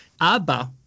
ABBA